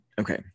okay